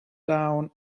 down